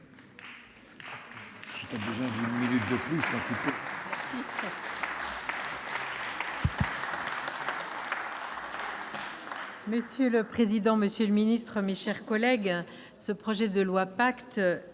Madame la présidente, monsieur le ministre, mes chers collègues, le projet de loi que